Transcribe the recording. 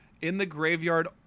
in-the-graveyard